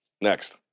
Next